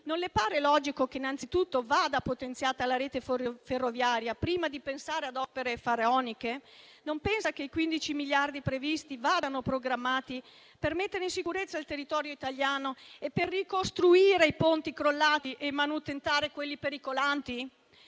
non le pare logico che, innanzitutto, vada potenziata la rete ferroviaria, prima di pensare ad opere faraoniche? Non pensa che i 15 miliardi previsti vadano programmati per mettere in sicurezza il territorio italiano, per ricostruire i ponti crollati e manutenere quelli pericolanti?